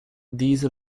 these